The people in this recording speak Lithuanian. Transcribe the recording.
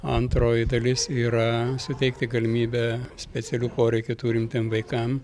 antroji dalis yra suteikti galimybę specialių poreikių turintiem vaikam